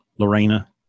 Lorena